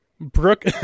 Brooke